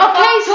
Okay